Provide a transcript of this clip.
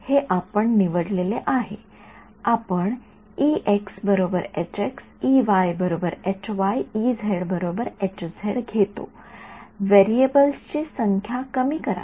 हे आपण निवडलेले आहे आपण घेतो व्हेरिएबल्स ची संख्यासंदर्भ वेळ 0२३८ कमी करा